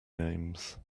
names